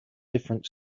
different